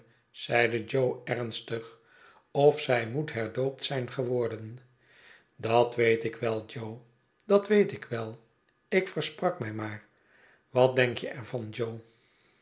zeide jo ernstig of zij moet herdoopt zijn geworden dat weet ik wel jo dat weet ik wel ik versprak mij maar wat denk je er van jo